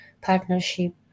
partnership